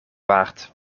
waard